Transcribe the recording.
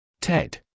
Ted